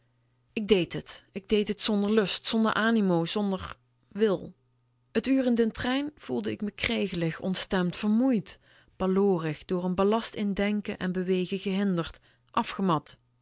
ik deed t ik deed t zonder lust zonder animo zonder wil t uur in den trein voelde ik me kregelig ontstemd vermoeid bal denken en bewegen gehinderd afgemat